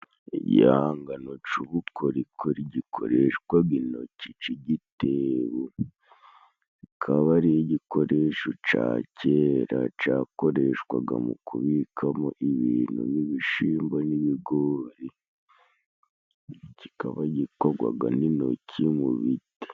Igihangano c'ubukorikori gikoreshwaga intoki c'igitebo, kikaba ari igikoresho ca kera cakoreshwaga mu kubikamo ibintu nk'ibishimbo n'ibigori, kikaba gikorwaga n'intoki mu biti.